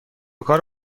کار